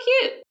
cute